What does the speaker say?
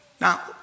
Now